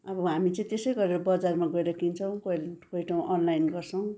अब हामी चाहिँ त्यसै गरेर बजारमा गएर किन्छौँ कोही कोही ठाउँ अनलाइन गर्छौँ